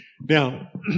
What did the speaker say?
now